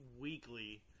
weekly